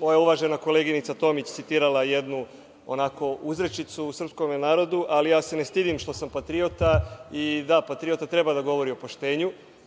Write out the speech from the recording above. uvažena koleginica Tomić, citirala jednu onako uzrečicu u srpskom narodu, ali ne stidim se što sam patriota i da, patriota treba da govori o poštenju,